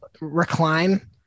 recline